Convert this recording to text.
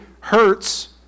hurts